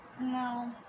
No